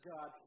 God